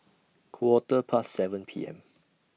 Quarter Past seven P M